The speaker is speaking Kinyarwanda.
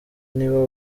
nibo